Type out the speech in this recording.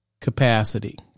capacity